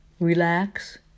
Relax